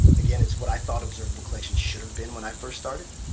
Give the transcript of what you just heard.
again, it's what i thought observable collection should have been when i first started.